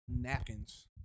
napkins